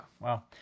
Wow